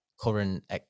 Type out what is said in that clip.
current